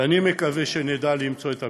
ואני מקווה שנדע למצוא את הפתרון,